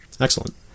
Excellent